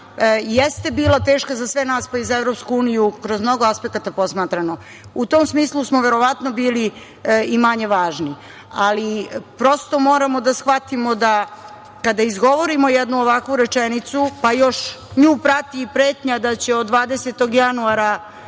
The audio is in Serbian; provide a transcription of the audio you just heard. jeste bila teška za sve nas, pa i za EU kroz mnogo aspekata posmatrano. U tom smislu smo verovatno bili i manje važni, ali prosto moramo da shvatimo da kada izgovorimo jednu ovakvu rečenicu, pa još nju prati i pretnja da će od 20. januara